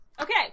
Okay